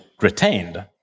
retained